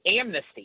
amnesty